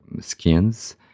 skins